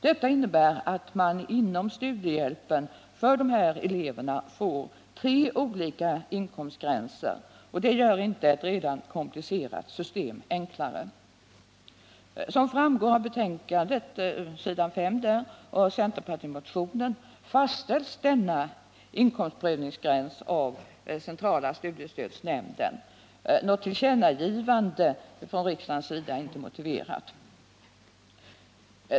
Detta innebär att man inom studiehjälpen får tre olika inkomstgränser för dessa elever, vilket inte gör ett redan komplicerat system enklare. Som framgår av betänkandet, s. 5, och centerpartimotionen fastställs denna inkomstprövningsgräns av centrala studiestödsnämnden. Något tillkännagivande från riksdagens sida är inte motiverat.